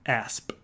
asp